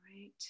right